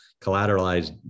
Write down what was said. collateralized